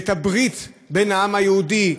את הברית עם העם היהודי,